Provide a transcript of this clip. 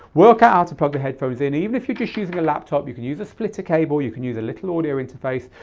work out how to plug the headphones in even if you're just using a laptop. you can use a splitter cable, you can use a little audio interface,